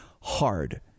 hard